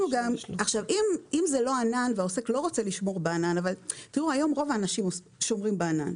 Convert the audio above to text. אם זה לא ענן והעוסק לא רוצה לשמור בענן היום רוב האנשים שומרים בענן,